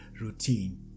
routine